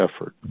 effort